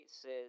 says